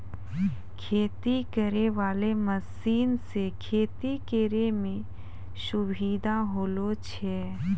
खेती करै वाला मशीन से खेती करै मे सुबिधा होलो छै